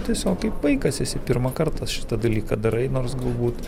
tiesiog kaip vaikas esi pirmą kartą šitą dalyką darai nors galbūt